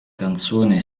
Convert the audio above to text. canzone